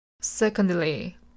Secondly